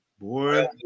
Boy